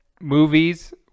movies